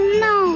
no